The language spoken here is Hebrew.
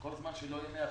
וכל זמן שלא יהיה 100%,